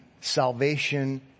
salvation